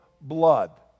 blood